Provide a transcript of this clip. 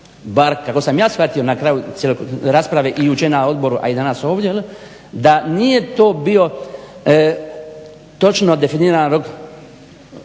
bar kako sam ja shvatio na kraju cjelokupne rasprave, i jučer na odboru a i danas ovdje. Da nije to bio točno definirano